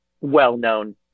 well-known